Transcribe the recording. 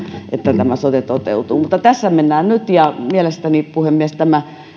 että tämä sote toteutuu mutta tässä mennään nyt ja mielestäni puhemies tämä